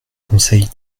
conseil